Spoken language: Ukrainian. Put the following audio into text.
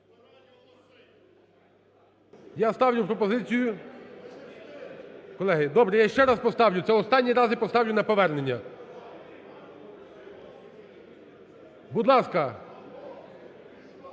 Я ставлю пропозицію… (Шум у залі) Колеги, добре, я ще раз поставлю, це останній раз я поставлю на повернення. Будь ласка,